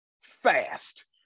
fast